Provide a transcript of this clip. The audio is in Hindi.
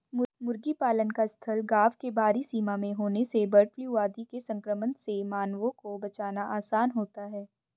मुर्गी पालन का स्थल गाँव के बाहरी सीमा में होने से बर्डफ्लू आदि के संक्रमण से मानवों को बचाना आसान होता है